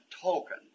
token